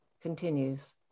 continues